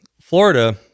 Florida